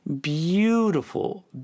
beautiful